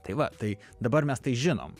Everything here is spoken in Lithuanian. tai va tai dabar mes tai žinom